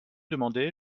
demandé